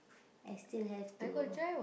I still have to